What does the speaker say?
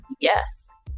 yes